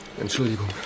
Entschuldigung